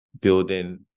building